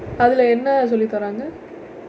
அதுல என்ன சொல்லி தராங்க:athula enna solli tharaangka